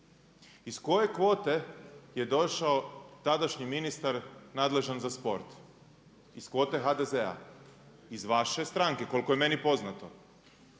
Iz koje kvote je došao tadašnji ministar nadležan za sport? Iz kvote HDZ-a. Iz vaše stranke, koliko je meni poznato.